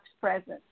presence